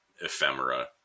ephemera